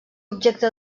objecte